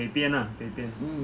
北边 ah 北边